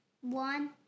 One